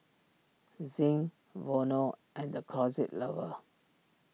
Zinc Vono and the Closet Lover